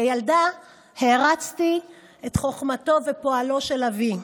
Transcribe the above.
כילדה הערצתי את חוכמתו ופועלו של אבי,